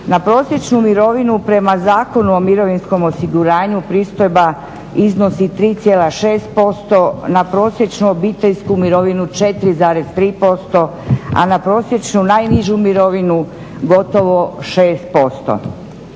Na prosječnu mirovinu prema Zakonu o mirovinskom osiguranju pristojba iznosi 3,6%, na prosječnu obiteljsku mirovinu 4,3% a na prosječnu najnižu mirovinu gotovo 6%.